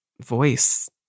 voice